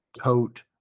coat